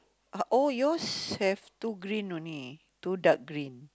ah oh yours have two green only two dark green